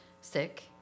sick